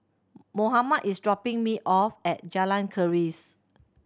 Mohamed is dropping me off at Jalan Keris